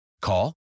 Call